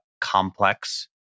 complex